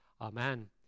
Amen